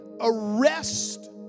arrest